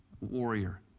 warrior